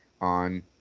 on